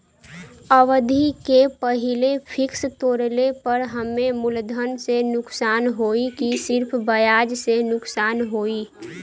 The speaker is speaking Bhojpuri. अवधि के पहिले फिक्स तोड़ले पर हम्मे मुलधन से नुकसान होयी की सिर्फ ब्याज से नुकसान होयी?